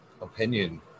Opinion